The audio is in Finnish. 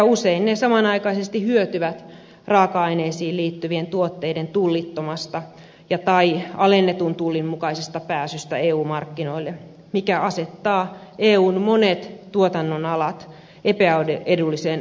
usein ne samanaikaisesti hyötyvät raaka aineisiin liittyvien tuotteiden tullittomasta tai alennetun tullin mukaisesta pääsystä eu markkinoille mikä asettaa eun monet tuotannonalat epäedulliseen kilpailuasemaan